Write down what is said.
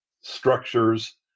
structures